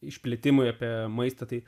išplitimui apie maistą tai